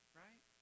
right